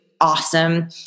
Awesome